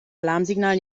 alarmsignal